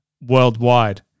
worldwide